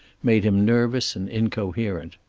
made him nervous and incoherent.